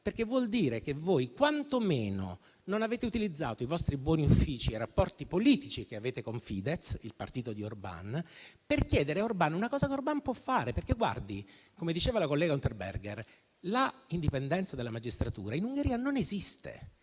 perché vuol dire che voi quantomeno non avete utilizzato i vostri buoni uffici e i rapporti politici che avete con Fidesz, il partito di Orban, per chiedere a Orban una cosa che può fare. Come diceva la collega Unterberger, l'indipendenza della magistratura in Ungheria non esiste: